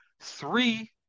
three